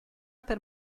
per